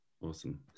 awesome